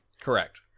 Correct